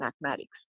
mathematics